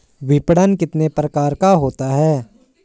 विपणन कितने प्रकार का होता है?